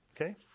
Okay